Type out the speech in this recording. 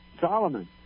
Solomon